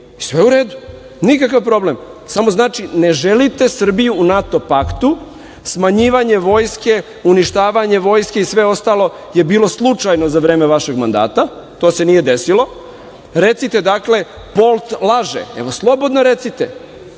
i sve u redu, niakakv problem. Samo znači ne želite Srbiju u NATO paktu, smanjivanje vojske, uništavanje vojske i sve ostalo je bilo slučajno za vreme vašeg mandata, to se nije desilo, recite, dakle, Polt laže, slobodno recite. Ja